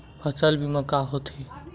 फसल बीमा का होथे?